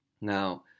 Now